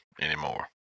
anymore